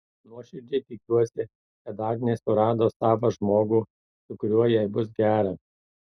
nuoširdžiai tikiuosi kad agnė surado savą žmogų su kuriuo jai bus gera